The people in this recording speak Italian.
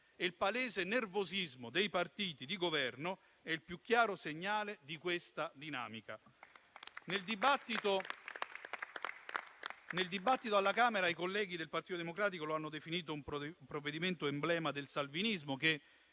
e il palese nervosismo dei partiti di Governo è il più chiaro segnale di questa dinamica. Nel dibattito alla Camera, i colleghi del Partito Democratico lo hanno definito un provvedimento emblema del salvinismo che,